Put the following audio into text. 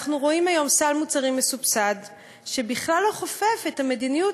אנחנו רואים היום סל מוצרים מסובסד שבכלל לא חופף את המדיניות